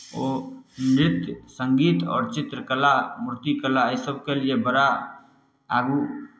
ओ नृत्य संगीत आओर चित्रकला मूर्तिकला एहिसभके लिए बड़ा आगू